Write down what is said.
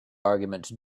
argument